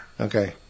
Okay